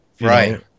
right